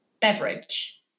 beverage